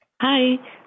Hi